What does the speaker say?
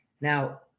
Now